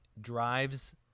drives